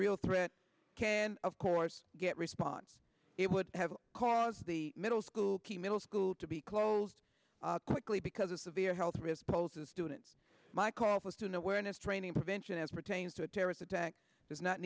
real threat can of course get response it would have cause the middle school king middle school to be closed quickly because a severe health risk poses students my calls us to know where it is training prevention as pertains to a terrorist attack does not